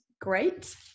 great